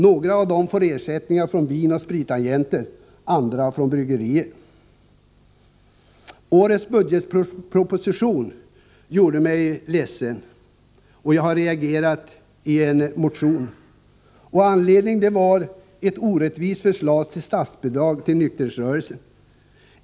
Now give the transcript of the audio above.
Några av dem får ersättning från vinoch spritagenter, andra från bryggerier. Årets budgetproposition gjorde mig ledsen, och jag har reagerat i en motion. Anledningen var ett orättvist förslag till statsbidrag för nykterhetsrörelsen.